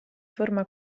forma